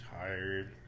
tired